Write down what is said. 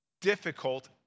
difficult